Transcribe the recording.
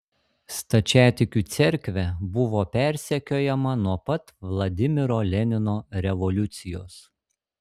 stačiatikių cerkvė buvo persekiojama nuo pat vladimiro lenino revoliucijos